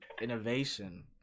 Innovation